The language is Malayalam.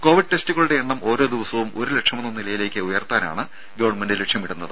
കോവിഡ് ടെസ്റ്റുകളുടെ എണ്ണം ഓരോ ദിവസവും ഒരു ലക്ഷമെന്ന നിലയിലേക്ക് ഉയർത്താനാണ് ഗവൺമെന്റ് ലക്ഷ്യമിടുന്നത്